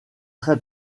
très